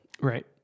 Right